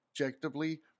objectively